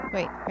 Wait